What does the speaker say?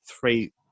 three